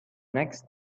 next